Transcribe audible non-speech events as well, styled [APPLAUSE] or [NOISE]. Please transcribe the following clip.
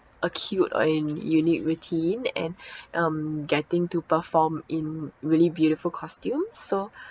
a cute and unique routine and [BREATH] um getting to perform in really beautiful costumes so